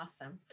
Awesome